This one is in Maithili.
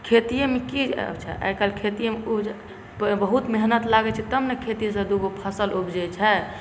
खेतिएमे की अच्छा आइ काल्हि खेतिएमे बहुत मेहनत लागैत छै तब ने खेतीसँ दूगो फसल उपजैत छै